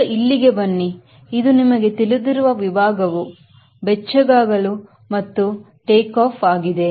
ಈಗ ಇಲ್ಲಿಗೆ ಬನ್ನಿಇದು ನಿಮಗೆ ತಿಳಿದಿರುವ ವಿಭಾಗವು ಬೆಚ್ಚಗಾಗಲು ಮತ್ತು ಟೇಕಾಫ್ ಆಗಿದೆ